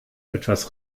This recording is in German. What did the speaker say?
etwas